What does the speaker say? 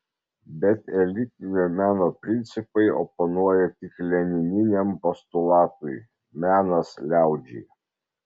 bet elitinio meno principai oponuoja tik lenininiam postulatui menas liaudžiai